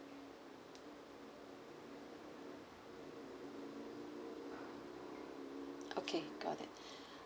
okay got it